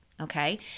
okay